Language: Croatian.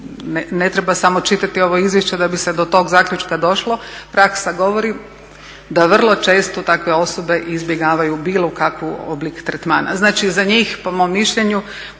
ne treba samo čitati ovo izvješće da bi se do tog zaključka došlo, praksa govori da vrlo često takve osobe izbjegavaju bilo kakav oblik tretmana. Znači, za njih po mom mišljenju